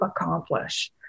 accomplish